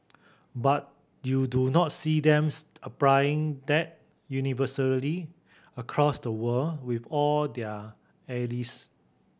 but you do not see them applying that universally across the world with all their allies